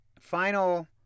final